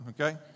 okay